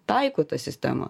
taiko tą sistemą